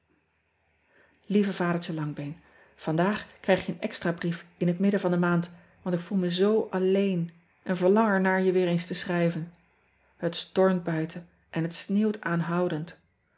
ieve adertje angbeen andaag krijg je een extra brief in het midden van de maand want ik voel me zoo alleen en verlang er naar je weer eens te schrijven et stormt buiten en het sneeuwt aanhoudend